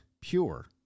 pure